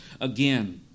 again